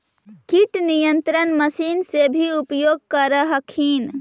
किट नियन्त्रण मशिन से भी उपयोग कर हखिन?